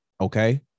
Okay